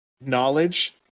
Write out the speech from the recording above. knowledge